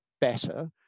better